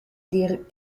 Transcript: des